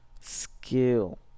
skill